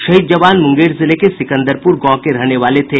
शहीद जवान मुंगेर जिले के सिकंदरपुर गांव के रहने वाले थे